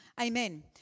Amen